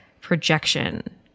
projection